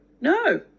No